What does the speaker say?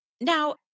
Now